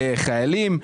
לחיילים,